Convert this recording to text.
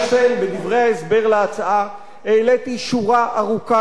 העליתי שורה ארוכה של שאלות,